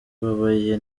ubabaye